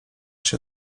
się